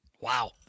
Wow